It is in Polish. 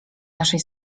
naszej